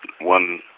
one